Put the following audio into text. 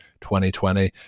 2020